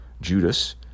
Judas